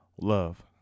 Love